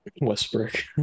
Westbrook